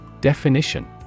Definition